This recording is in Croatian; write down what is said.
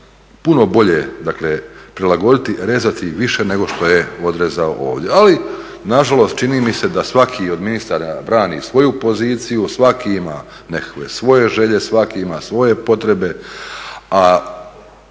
puno bolje prilagoditi, rezati više nego što je odrezao ovdje. Ali nažalost čini mi se da svaki od ministara brani svoju poziciju, svaki ima nekakve svoje želje, svaki ima svoje potrebe, a